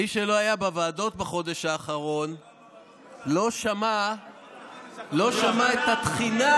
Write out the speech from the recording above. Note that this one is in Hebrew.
מי שלא היה בוועדות בחודש האחרון לא שמע את התחינה,